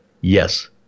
yes